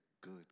good